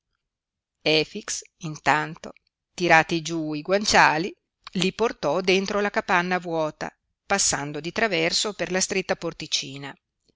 zie efix intanto tirati giú i guanciali li portò dentro la capanna vuota passando di traverso per la stretta porticina